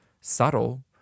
subtle